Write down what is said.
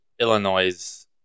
Illinois